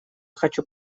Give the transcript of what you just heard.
хочу